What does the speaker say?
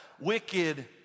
wicked